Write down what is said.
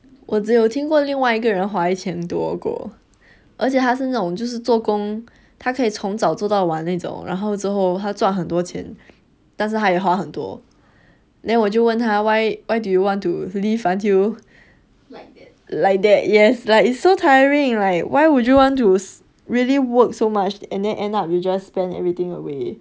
我只有听过另外一个人花一千多过而且他是那种就是做工他可以从早走到晚那种然后之后他赚很多钱但是还有花很多 then 我就问他 why do you want to live until like that like that yes like it's so tiring like why would you want to really work so much and then end up you just spend everything away